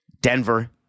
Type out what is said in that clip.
Denver